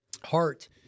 heart